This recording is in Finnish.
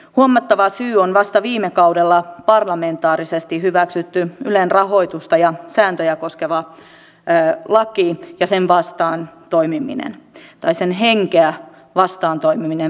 huomattava syy on vasta viime kaudella parlamentaarisesti hyväksytty ylen rahoitusta ja sääntöjä koskeva laki ja sen henkeä vastaan toimiminen vähintäänkin